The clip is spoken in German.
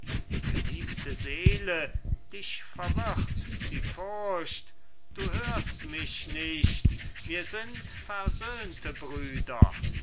geliebte seele dich verwirrt die furcht du hörst mich nicht wir sind versöhnte brüder